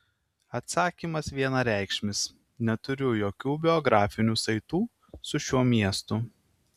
atsakymas vienareikšmis neturiu jokių biografinių saitų su šiuo miestu